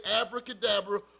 abracadabra